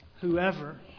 whoever